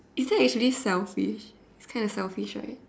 is that actually selfish kind of selfish right